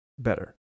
better